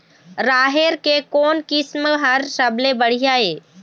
राहेर के कोन किस्म हर सबले बढ़िया ये?